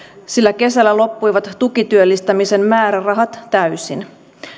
sillä kesällä loppuivat tukityöllistämisen määrärahat täysin